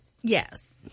yes